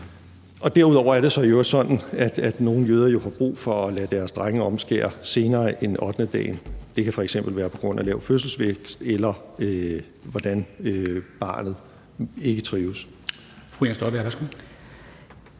år. Derudover er det jo sådan, at nogle jo har brug for at lade deres drenge omskære senere end ottendedagen; det kan f.eks. være på grund af lav fødselsvægt, eller hvis barnet ikke trives. Kl. 13:35 Formanden